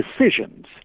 decisions